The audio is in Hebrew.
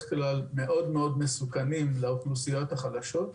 כלל מאוד מאוד מסוכנים לאוכלוסיות החלשות.